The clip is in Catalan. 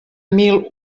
mil